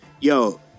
Yo